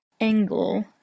angle